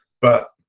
but